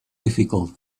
difficult